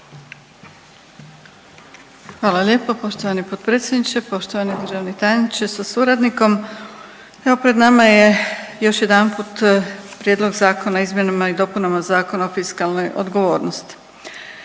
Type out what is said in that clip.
Hvala lijepo poštovani potpredsjedniče, poštovani državni tajniče sa suradnikom. Evo pred nama je još jedanput Prijedlog zakona o izmjenama i dopunama Zakona o fiskalnoj odgovornosti.